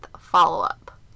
follow-up